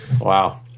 Wow